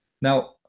Now